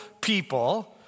people